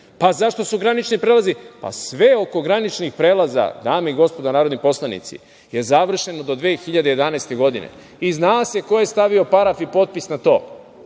Zašto su granični prelazi? Sve oko graničnih prelaza, dame i gospodo narodni poslanici, je završeno do 2011. godine i zna se koje stavio paraf i potpis na to,